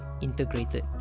integrated